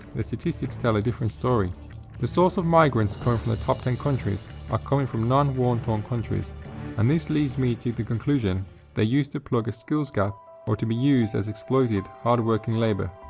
the statistics tell a different story the source of migrants from the top ten countries are coming from non-war torn countries and this leads me to the conclusion they're used to plug a skills gap or to be used as exploited hard-working labour.